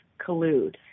collude